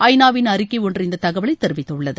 ஐ நாவின் அறிக்கை ஒன்று இந்த தகவலை தெரிவித்துள்ளது